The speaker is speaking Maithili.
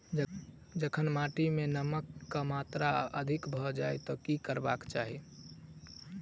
जखन माटि मे नमक कऽ मात्रा अधिक भऽ जाय तऽ की करबाक चाहि?